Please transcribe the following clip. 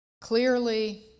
clearly